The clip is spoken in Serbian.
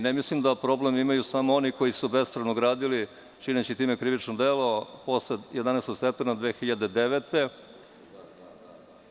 Ne mislim da problem imaju samo oni koji su bespravno gradili, čineći time krivično delo posle 11. septembra 2009. godine.